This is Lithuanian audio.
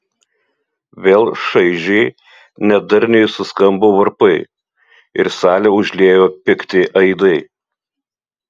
vėl šaižiai nedarniai suskambo varpai ir salę užliejo pikti aidai